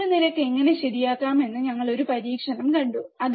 sleeve നിരക്ക് എങ്ങനെ ശരിയാക്കാമെന്ന് ഞങ്ങൾ ഒരു പരീക്ഷണം കണ്ടു